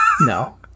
no